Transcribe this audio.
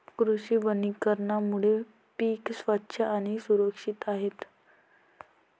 कृषी वनीकरणामुळे पीक स्वच्छ आणि सुरक्षित होते